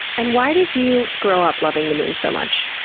and why did you grow up loving the moon so much?